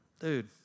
Dude